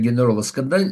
generolas kada